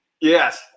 Yes